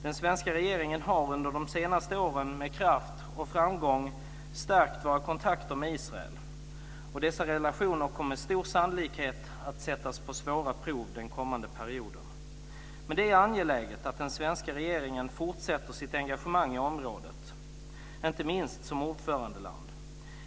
Den svenska regeringen har under de senaste åren med kraft och framgång stärkt våra kontakter med Israel. Dessa relationer kommer med stor sannolikhet att sättas på svåra prov den kommande perioden. Men det är angeläget att den svenska regeringen fortsätter sitt engagemang i området, inte minst som ordförandeland.